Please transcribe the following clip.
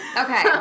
Okay